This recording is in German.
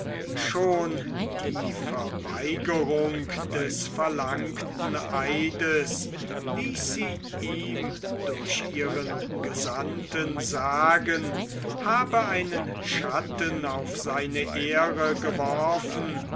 schon die verweigerung des verlangten eides ließ sie ihm durch ihren gesandten sagen habe einen schatten auf seine ehre geworfen